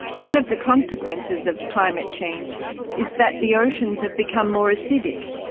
one of the consequences of climate change is that the oceans have become more acidic,